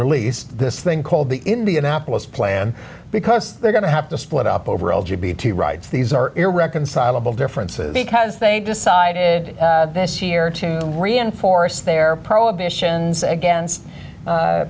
released this thing called the indianapolis plan because they're going to have to split up over all g b t rights these are irreconcilable differences because they decided this year to reinforce their prohibitions against